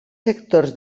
sectors